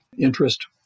Interest